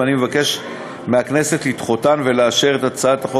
ואני מבקש מהכנסת לדחותן ולאשר את הצעת החוק